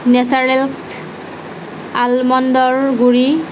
naturals আলমণ্ডৰ গুড়ি